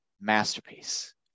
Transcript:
masterpiece